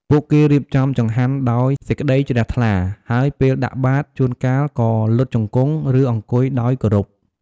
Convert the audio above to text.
ពួកគេរៀបចំចង្ហាន់ដោយសេចក្តីជ្រះថ្លា ហើយពេលដាក់បាត ជួនកាលក៏លុតជង្គង់ ឬអង្គុយដោយគោរព។